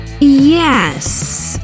Yes